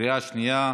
בקריאה שנייה,